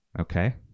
Okay